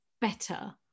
better